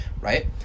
right